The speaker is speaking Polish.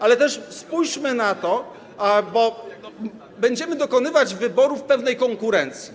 Ale też spójrzmy na to, bo będziemy dokonywać wyborów pewnej konkurencji.